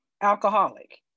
alcoholic